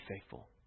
faithful